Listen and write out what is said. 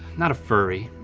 not a furry,